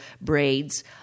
braids